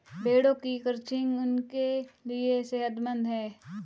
भेड़ों की क्रचिंग उनके लिए सेहतमंद है